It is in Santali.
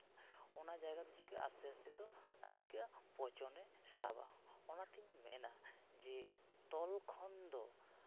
ᱚᱱᱟ ᱡᱟᱭᱜᱟ ᱫᱚ ᱪᱤᱠᱟᱹᱜᱼᱟ ᱟᱥᱛᱮ ᱟᱥᱛᱮ ᱫᱚ ᱪᱤᱠᱟᱹᱜᱼᱟ ᱯᱚᱪᱚᱱᱮ ᱥᱟᱵᱟ ᱚᱱᱟᱛᱤᱧ ᱢᱮᱱᱟ ᱡᱮ ᱛᱚᱞ ᱠᱷᱚᱱ ᱫᱚ